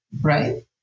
right